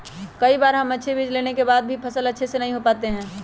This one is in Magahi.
कई बार हम अच्छे बीज लेने के बाद भी फसल अच्छे से नहीं हो पाते हैं?